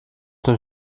den